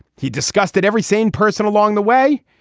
he discussed it every sane person along the way.